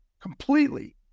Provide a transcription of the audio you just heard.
completely